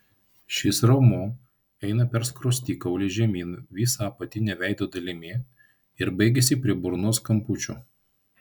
šis raumuo eina per skruostikaulį žemyn visa apatine veido dalimi ir baigiasi prie burnos kampučių